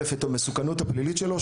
ראשית את המסוכנות הפלילית שלו,